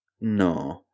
no